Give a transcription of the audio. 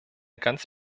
ganz